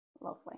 Lovely